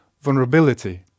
vulnerability